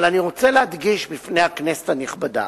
אבל אני רוצה להדגיש בפני הכנסת הנכבדה